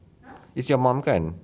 is your mum kan